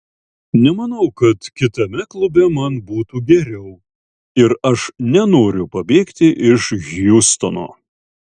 nemanau kad kitame klube man būtų geriau ir aš nenoriu pabėgti iš hjustono